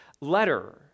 letter